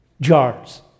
Jars